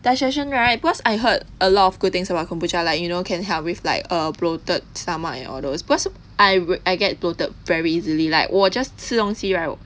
digestion right because I heard a lot of good things about kombucha like you know can help with like err bloated stomach and all those because I would I get bloated very easily like 我 just 吃东西 right